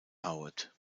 howard